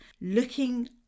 looking